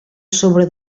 sobre